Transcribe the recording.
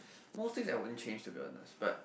most things I wouldn't change to be honest but